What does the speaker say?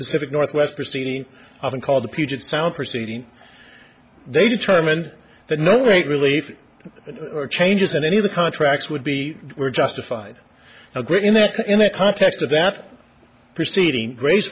pacific northwest proceeding often called the puget sound proceeding they determine that no rate relief and changes in any of the contracts would be were justified agreeing that in a context of that proceeding grace